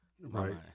Right